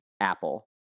apple